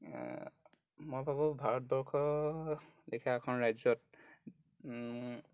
মই ভাবোঁ ভাৰতবৰ্ষ লেখিয়া এখন ৰাজ্যত